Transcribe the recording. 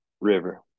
river